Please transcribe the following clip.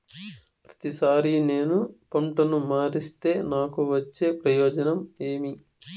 ప్రతిసారి నేను పంటను మారిస్తే నాకు వచ్చే ప్రయోజనం ఏమి?